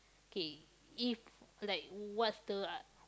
K if like what's the uh